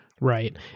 right